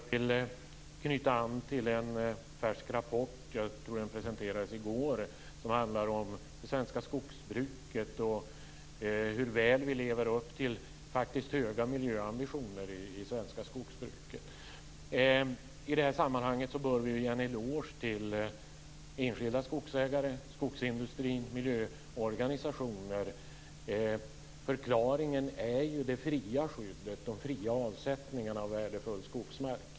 Fru talman! Jag vill ställa en fråga till statsrådet Ulrica Messing. Jag vill knyta an till en färsk rapport som, jag tror, presenterades i går som handlar om hur väl det svenska skogsbruket lever upp till höga miljöambitioner. I det här sammanhanget bör vi ge en eloge till enskilda skogsägare, skogsindustrin och miljöorganisationer. Förklaringen är det fria skyddet, de fria avsättningarna, av värdefull skogsmark.